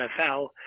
NFL